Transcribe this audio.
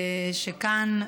שכאן,